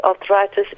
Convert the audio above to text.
arthritis